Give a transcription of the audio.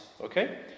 okay